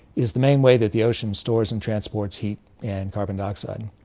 is the main way that the ocean stores and transports heat and carbon dioxide.